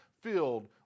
filled